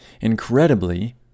Incredibly